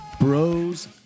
Bros